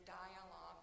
dialogue